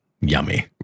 yummy